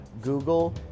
Google